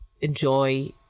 enjoy